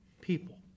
people